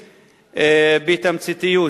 בתמציתיות,